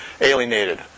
Alienated